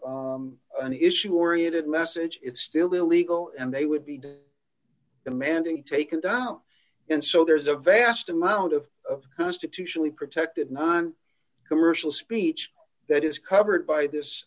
an issue oriented message it's still illegal and they would be done amending taken down and so there's a vast amount of constitutionally protected non commercial speech that is covered by this